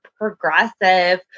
progressive